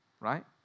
right